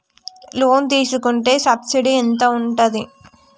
Loan తీసుకుంటే subsidy ఎంత ఉంటది?